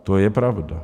To je pravda.